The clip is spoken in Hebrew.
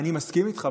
אני מסכים איתך.